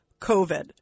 COVID